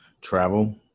travel